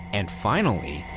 and finally,